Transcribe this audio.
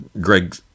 greg